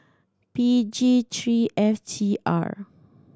P G three F T R